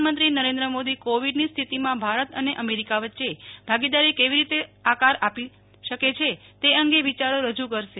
પ્રધાનમંત્રી નરેન્દ્રમોદી કોવિડની સ્થીતિમાં ભારત અને અમેરિકા વચ્ચે ભાગીદારી કેવી રીતે આકાર આપી શકે છે તે અંગે વિચારો રજૂ કરશે